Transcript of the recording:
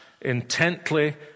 intently